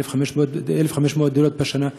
1,500 דירות בשנה.